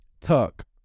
Tuck